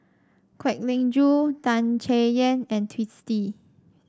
Kwek Leng Joo Tan Chay Yan and Twisstii